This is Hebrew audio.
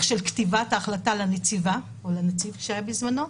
של כתיבת ההחלטה לנציבה או לנציב שהיה בזמנו,